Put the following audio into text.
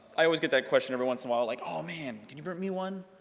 i always get that question every once in awhile, like, oh man! can you print me one?